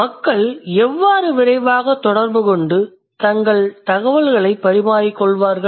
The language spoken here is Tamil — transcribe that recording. மக்கள் எவ்வாறு விரைவாக தொடர்புகொண்டு தகவல் பரிமாறிக்கொள்வார்கள்